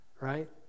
right